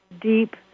deep